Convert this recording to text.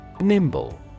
Nimble